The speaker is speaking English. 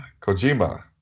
Kojima